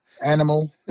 animal